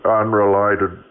unrelated